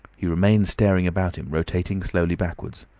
he remained staring about him, rotating slowly backwards.